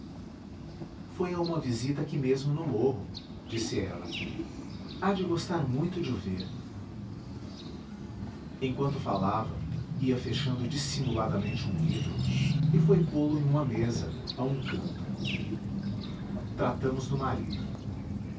foi a uma visita aqui mesmo no morro disse ela há de gostar muito de o ver enquanto falava ia fechando dissimuladamente um livro e foi pô-lo em uma mesa a um canto tratamos do marido